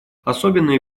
особенное